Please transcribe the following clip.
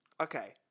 Okay